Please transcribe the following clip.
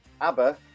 Abba